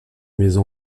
maison